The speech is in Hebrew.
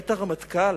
היית רמטכ"ל,